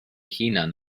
hunain